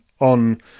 on